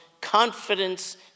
confidence